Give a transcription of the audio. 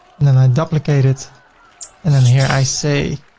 and then i duplicate it and then here i say,